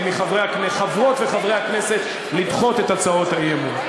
מחברות וחברי הכנסת לדחות את הצעות האי-אמון.